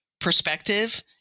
perspective